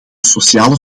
sociale